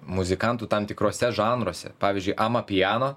muzikantų tam tikruose žanruose pavyzdžiui ama piano